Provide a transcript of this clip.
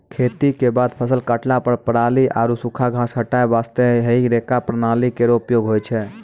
खेती क बाद फसल काटला पर पराली आरु सूखा घास हटाय वास्ते हेई रेक प्रणाली केरो उपयोग होय छै